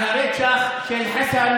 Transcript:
על הרצח של חסן